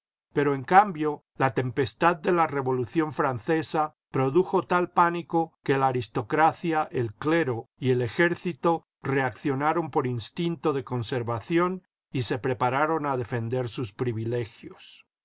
pero en cambio la tempestad de la revolución francesa produjo tal pánico que la aristocracia el clero y el ejército reaccionaron por instinto de conservación y se prepararon a defender sus privilegios